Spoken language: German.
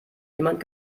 jemand